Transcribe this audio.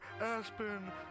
Aspen